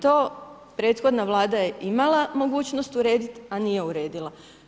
To prethodna Vlada je imala mogućnost urediti a nije uredila.